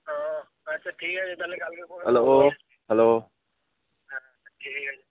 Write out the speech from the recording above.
hello hello